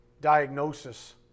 diagnosis